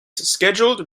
scheduled